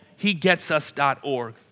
hegetsus.org